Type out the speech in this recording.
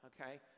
okay